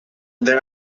there